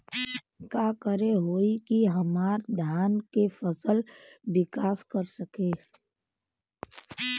का करे होई की हमार धान के फसल विकास कर सके?